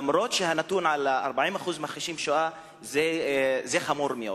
אף-על-פי שהנתון של ה-40% מכחישי שואה הוא חמור מאוד.